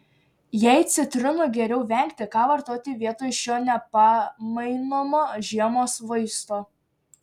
jei citrinų geriau vengti ką vartoti vietoj šio nepamainomo žiemos vaisto